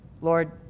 Lord